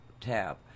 tab